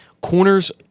corners